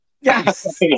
Yes